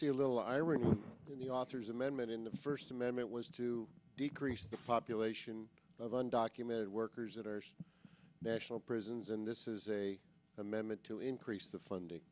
see a little irony in the author's amendment in the first amendment was to decrease the population of undocumented workers at our national prisons and this is a amendment to increase the funding